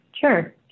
Sure